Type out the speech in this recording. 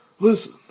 Listen